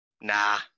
Nah